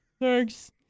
Thanks